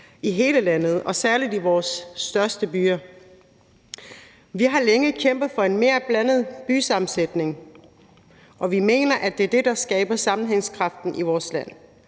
i hele landet og særlig i vores største byer. Vi har længe kæmpet for en mere blandet sammensætning i byerne, og vi mener, at det er det, der skaber sammenhængskraften i vores land.